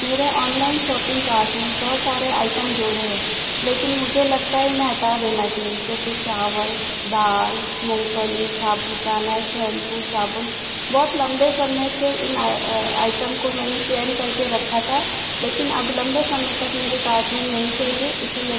मेरे online shopping cart में बहुत सारे आइटम जोड़े हैं लेकिन मुझे लगता है इन्हें हटा देना चाहिए जैसे चावल दाल मूंगफ़ली साबूदाना शैम्पू साबुन बहुत लम्बे समय से इन आइटम को मैंने चयन कर के रखा था लेकिन अब लम्बे समय तक मेरे कार्ट में नहीं चाहिए इसीलिए मैं इन्हें हटा रही हूँ